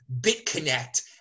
Bitconnect